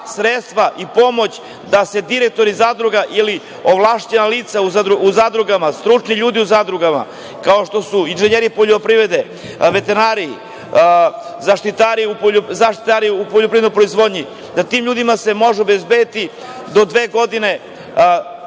i pomoć da se direktori zadruga ili ovlašćena lica u zadrugama, stručni ljudi u zadrugama kao što su inženjeri poljoprivrede, veterinari, zaštitari u poljoprivrednoj proizvodnji, da se tim ljudima može obezbediti do dve godine